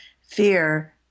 fear